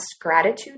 gratitude